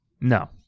No